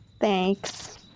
Thanks